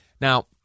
Now